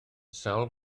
sawl